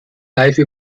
live